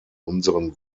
unseren